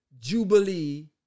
Jubilee